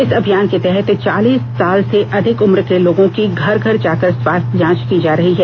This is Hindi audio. इस अभियान के तहत चालीस साल से अधिक उम्र के लोगों की घर घर जाकर स्वास्थ्य जांच की जा रही है